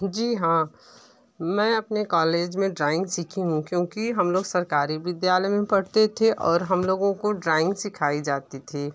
जी हाँ मैं अपने कॉलेज में ड्राइंग सीखी हूँ क्योंकि हम लोग सरकारी विद्यालय में पढ़ते थे और हम लोगों को ड्राइंग सिखाई जाती थी